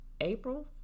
April